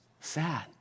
Sad